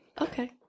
Okay